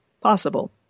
possible